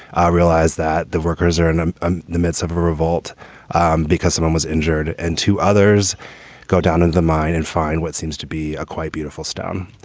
i realize that the workers are in ah ah the midst of a revolt um because someone was injured and two others go down in the mine and find what seems to be a quite beautiful stone.